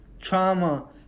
Trauma